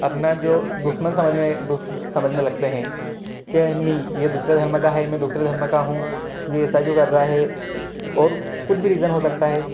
अपना जो दुश्मन समझने समझने लगते हैं के नहीं यह दूसरे धर्म का है मैं दूसरे धर्म का हूँ यह ऐसा क्यों कर रहा है और कुछ भी रीजन हो सकता है